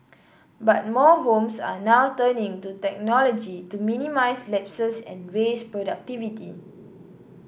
but more homes are now turning to technology to minimise lapses and raise productivity